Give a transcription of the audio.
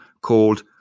called